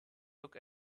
look